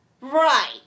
Right